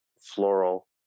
floral